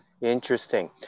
Interesting